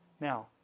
Now